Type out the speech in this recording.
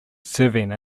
serving